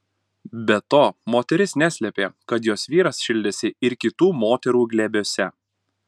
be to moteris neslėpė kad jos vyras šildėsi ir kitų moterų glėbiuose